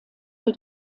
für